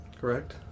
correct